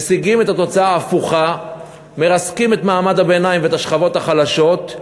משיגים את התוצאה ההפוכה: מרסקים את מעמד הביניים ואת השכבות החלשות,